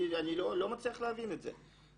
אני לא מצליח להבין את זה.